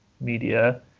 media